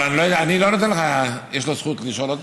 יש לו זכות לשאול שוב?